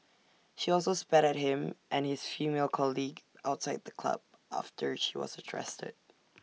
she also spat at him and his female colleague outside the club after she was trusted